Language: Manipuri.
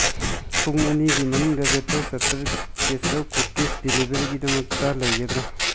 ꯄꯨꯡ ꯑꯅꯤꯒꯤ ꯃꯅꯨꯡꯗ ꯕꯦꯠꯇꯔ ꯆꯠꯇꯔ ꯀꯦꯆꯧ ꯀꯨꯀꯤꯁ ꯗꯦꯂꯤꯚꯔꯤꯒꯤ ꯗꯃꯛꯇ ꯂꯩꯒꯗ꯭꯭ꯔꯥ